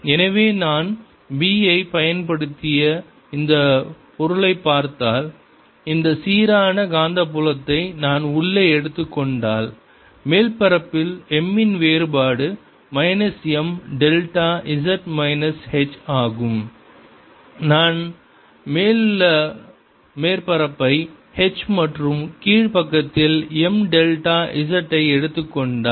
எனவே நான் B ஐப் பயன்படுத்திய இந்த பொருளைப் பார்த்தால் இந்த சீரான காந்தப்புலத்தை நான் உள்ளே எடுத்துக் கொண்டால் மேல் மேற்பரப்பில் m இன் வேறுபாடு minus m delta z minus h ஆகும் நான் மேல் மேற்பரப்பை h மற்றும் கீழ் பக்கத்தில் m டெல்டா z எடுத்துக் கொண்டால்